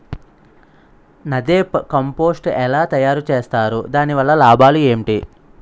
NADEP compost ఎలా తయారు చేస్తారు? దాని వల్ల లాభాలు ఏంటి?